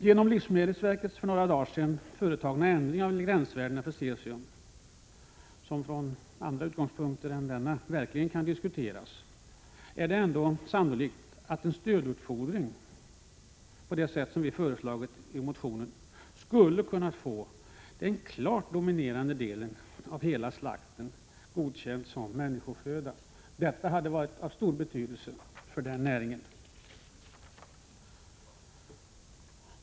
Genom livsmedelsverkets för några dagar sedan företagna ändring av gränsvärdena för cesium, som från andra utgångspunkter än denna verkligen kan diskuteras, är det ändå sannolikt att en stödutfodring på det sätt som vi föreslår i motionen skulle innebära att den klart dominerande delen av hela slakten godkändes som människoföda. Det hade varit av stor betydelse för rennäringen.